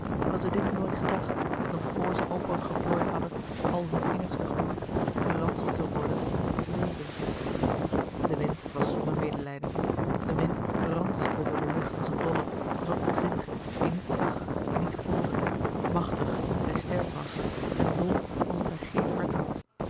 hadden zij dit nooit gedacht nog vor zij opengeplooid hadden al hun innigste groen geranseld te worden met zweepen de wind was zonder medelijden de wind ranselde door de lucht als een dolle als een onzinnige die niet zag die niet voelde machtig omdat hij sterk was en dom omdat hij geen hart had